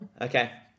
okay